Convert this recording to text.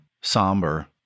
somber